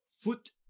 foot